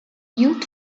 youth